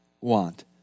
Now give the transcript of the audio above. want